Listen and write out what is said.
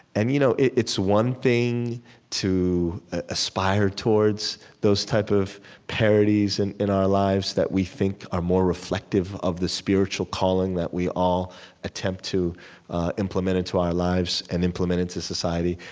and you know it's one thing to aspire towards those type of parities and in our lives that we think are more reflective of the spiritual calling that we all attempt to implement into our lives and implement into society,